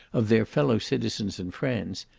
of their fellow-citizens and friends,